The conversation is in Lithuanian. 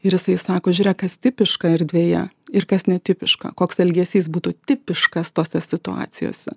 ir jisai sako žiūrėk kas tipiška erdvėje ir kas netipiška koks elgesys būtų tipiškas tose situacijose